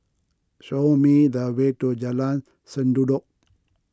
show me the way to Jalan Sendudok